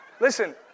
Listen